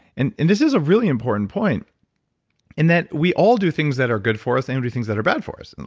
and and this is a really important point in that we all do things that are good for us and we do things that are bad for us. and